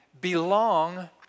Belong